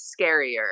scarier